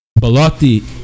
Balotti